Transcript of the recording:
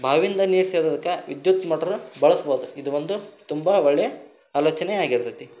ಬಾವಿಯಿಂದ ನೀರು ಸೇದೋದಕ್ಕೆ ವಿದ್ಯುತ್ ಮೋಟ್ರ್ ಬಳಸ್ಬೋದು ಇದು ಒಂದು ತುಂಬ ಒಳ್ಳೆ ಆಲೋಚನೆ ಆಗಿರ್ತೈತಿ